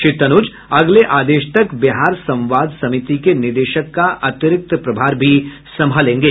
श्री तनुज अगले आदेश तक बिहार संवाद समिति के निदेशक का अतिरिक्त प्रभार भी संभालेंगे